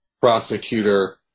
prosecutor